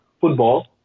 football